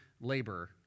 labor